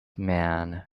man